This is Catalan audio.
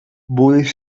vull